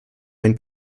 einen